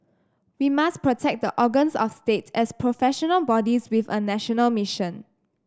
we must protect the organs of state as professional bodies with a national mission